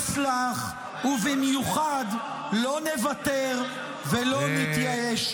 -- לא נסלח, ובמיוחד לא נוותר ולא נתייאש.